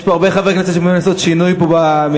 יש פה הרבה חברי כנסת שמעוניינים לעשות שינוי פה במליאה.